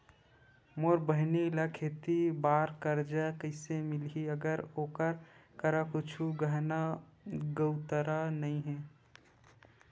मोर बहिनी ला खेती बार कर्जा कइसे मिलहि, अगर ओकर करा कुछु गहना गउतरा नइ हे?